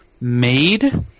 made